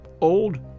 old